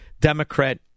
Democrat